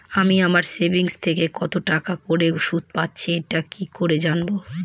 আমি আমার সেভিংস থেকে কতটাকা করে সুদ পাচ্ছি এটা কি করে জানব?